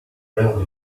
l’heure